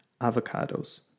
avocados